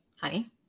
honey